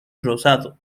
rosado